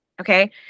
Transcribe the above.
Okay